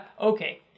okay